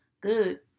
Good